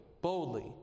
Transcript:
boldly